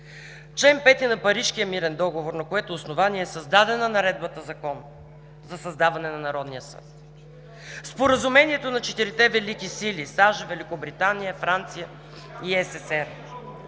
Член 5 на Парижкия мирен договор, на което основание е създадена Наредбата-закон за създаване на Народния съд, споразумението на четирите Велики сили – САЩ, Великобритания, Франция и СССР.